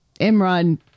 Imran